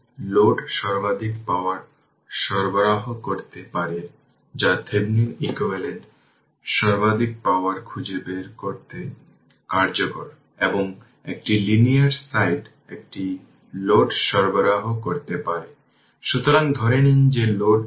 তার মানে যদি আমি এটি উল্লেখ করি ix t 0 অ্যাম্পিয়ার সব t 0 এর জন্য এবং t 0 এর জন্য ix t 203 e t 2 t ampere